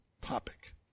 topic